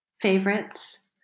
Favorites